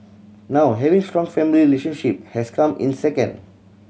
now having strong family relationship has come in second